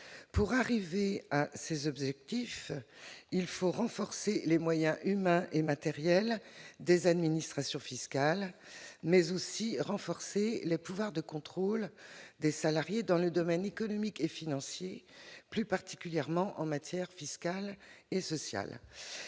Pour remplir ces objectifs, il faut renforcer les moyens humains et matériels des administrations fiscales, mais aussi renforcer les pouvoirs de contrôle des salariés dans les domaines économiques et financiers et, plus particulièrement, en matière fiscale et sociale.